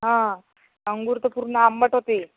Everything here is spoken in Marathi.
हां अंगूर तर पूर्ण आंबट होते